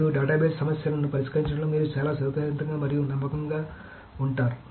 మరియు డేటాబేస్ల సమస్యలను పరిష్కరించడంలో మీరు చాలా సౌకర్యంగా మరియు నమ్మకంగా ఉంటారు